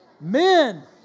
Men